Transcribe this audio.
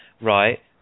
right